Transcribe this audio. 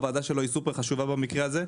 הוועדה שלו היא חשובה מאוד במקרה הזה.